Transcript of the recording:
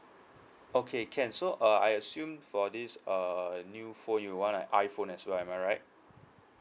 okay can so uh I assume for this uh new phone you want a iphone as well am I right